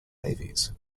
navies